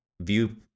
view